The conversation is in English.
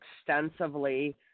extensively